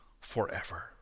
forever